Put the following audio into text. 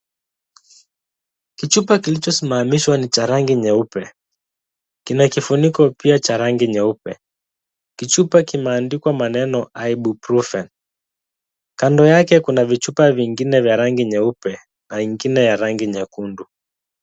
Kichupa kilichosimamishwa ni cha rangi nyeupe, kina kifuniko pia cha rangi nyeupe, kichupa kimeandikwa maneno ibuprofen, kando yake kuna vichupa vingine vya rangi nyeupe na ingine ya rangi nyekundu.